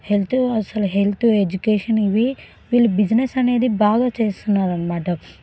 health అసలు health education ఇవి వీళ్ళు బిజినెస్ అనేది బాగా చేస్తున్నారు అనమాట